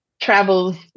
travels